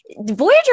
Voyager